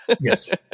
Yes